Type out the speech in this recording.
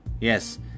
Yes